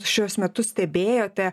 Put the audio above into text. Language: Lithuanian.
šiuos metus stebėjote